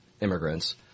immigrants